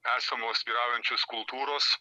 esamos vyraujančios kultūros